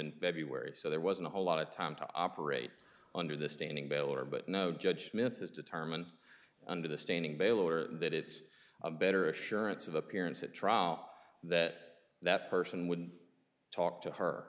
in february so there wasn't a whole lot of time to operate under the standing bail or but no judge smith has determined under the standing bail or that it's a better assurance of appearance at trial that that person wouldn't talk to